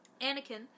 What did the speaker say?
anakin